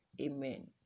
amen